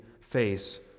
face